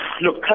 Look